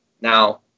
Now